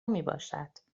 میباشد